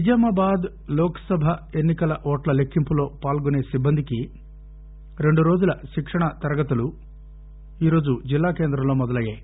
నిజామాబాద్ లోక్ సభ ఎన్నికల ఓట్ల లెక్కింపులో పాల్గొసే సిట్బందికి రెండు రోజుల శిక్షణా తరగతులు ఈ రోజు జిల్లా కేంద్రంలో మొదలయ్యాయి